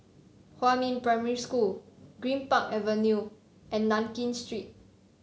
Huamin Primary School Greenpark Avenue and Nankin Street